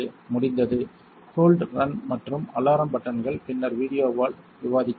முடிந்தது hold run மற்றும் alarm பட்டன்கள் பின்னர் வீடியோவில் விவாதிக்கப்படும்